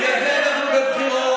בגלל זה אנחנו בבחירות.